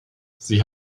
sie